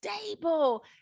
stable